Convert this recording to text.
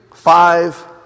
Five